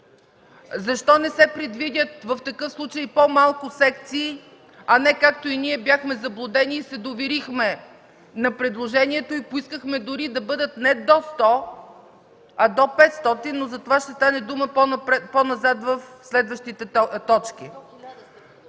Защо не се предвидят в такъв случай по-малко секции, а не както и ние бяхме заблудени и се доверихме на предложението и поискахме дори да бъдат не до 100, а до 500, но затова ще стане дума по-назад в следващите точки?